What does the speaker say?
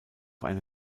eine